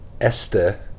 Esther